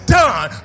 done